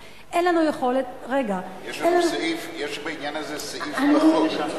אבל אין לנו יכולת יש בעניין הזה סעיף בחוק.